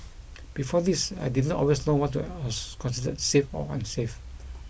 before this I did not always know what was considered safe or unsafe